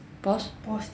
pause